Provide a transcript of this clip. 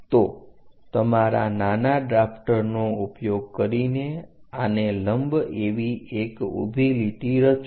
તો તમારા નાના ડ્રાફ્ટર નો ઉપયોગ કરીને આને લંબ એવી એક ઊભી લીટી રચો